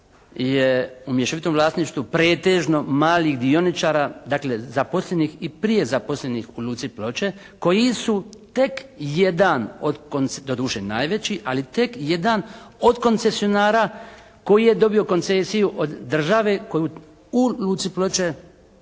u mješovitom vlasništvu pretežno malih dioničara. Dakle zaposlenih i prije zaposlenih u luci Ploče koji su tek jedan od, doduše najveći, ali tek jedan od koncesionara koji je dobio koncesiju od države koju u luci Ploče